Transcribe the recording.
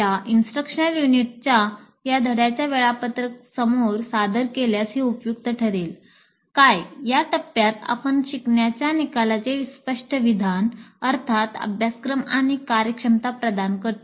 या इंस्ट्रकशनल युनिटच्या म्हणू शकतो